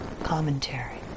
commentary